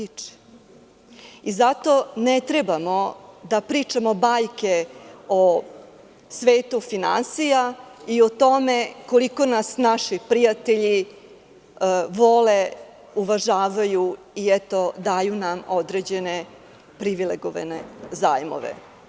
Zato ne trebamo da pričamo bajke o svetu finansija i o tome koliko nas naši prijatelji vole, uvažavaju i eto, daju nam određene privilegovane zajmove.